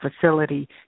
facility